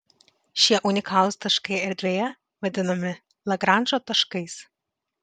šie unikalūs taškai erdvėje vadinami lagranžo taškais